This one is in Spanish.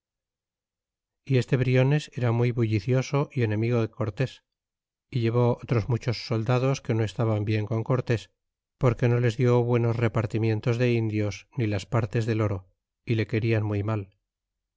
y este briones era muy bulli cioso y enemigo de cortés y llevó otros muchos soldados que no estaban bien con cortés porque no les di buenos repartimientos de indios ni las partes del oro y le querian muy mal